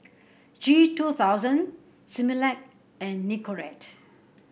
G two thousand Similac and Nicorette